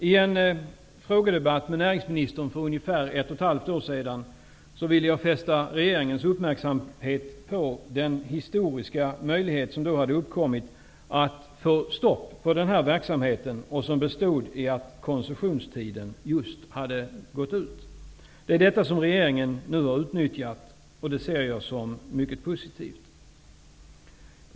I en frågedebatt med näringsministern för ungefär ett och ett halvt år sedan ville jag fästa regeringens uppmärksamhet på den historiska möjlighet som då hade uppkommit att få stopp på den här verksamheten och som bestod i att koncessionstiden just hade gått ut. Det är detta som regeringen nu har utnyttjat, och det ser jag som mycket positivt.